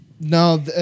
no